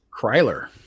Kryler